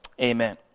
Amen